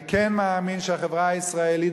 אני כן מאמין שהחברה הישראלית,